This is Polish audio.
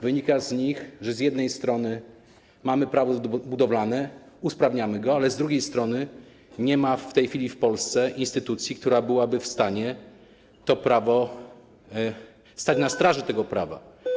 Wynika z niego, że z jednej strony mamy Prawo budowlane, usprawniamy je, ale z drugiej strony nie ma w tej chwili w Polsce instytucji, która byłaby w stanie stać na straży tego prawa.